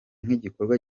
nk’igikorwa